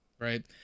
Right